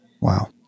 Wow